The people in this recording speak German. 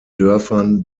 dörfern